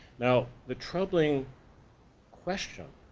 now, the troubling question